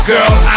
Girl